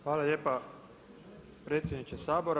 Hvala lijepa predsjedniče Sabora.